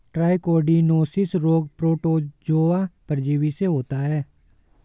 trichodinosis रोग protozoa परजीवी से होता है